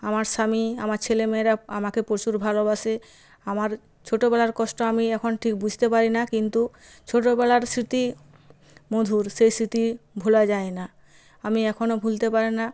আমার স্বামী আমার ছেলে মেয়েরা আমাকে প্রচুর ভালবাসে আমার ছোটবেলার কষ্ট আমি এখন ঠিক বুঝতে পারি না কিন্তু ছোটবেলার স্মৃতি মধুর সে স্মৃতি ভোলা যায় না আমি এখনও ভুলতে পারি না